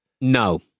No